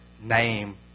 name